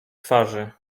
twarzy